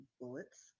bullets